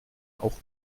auch